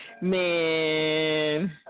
Man